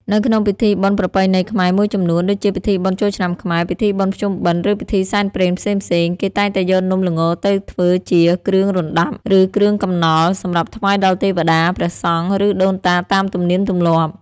នៅក្នុងពិធីបុណ្យប្រពៃណីខ្មែរមួយចំនួន ដូចជាពិធីបុណ្យចូលឆ្នាំខ្មែរ ពិធីបុណ្យភ្ជុំបិណ្ឌ ឬពិធីសែនព្រេនផ្សេងៗ គេតែងតែយកនំល្ងទៅធ្វើជា គ្រឿងរណ្ដាប់ ឬគ្រឿងកំនល់ សម្រាប់ថ្វាយដល់ទេវតា ព្រះសង្ឃ ឬដូនតាតាមទំនៀមទម្លាប់។